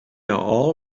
all